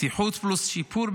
בטיחות פלוס שיפור,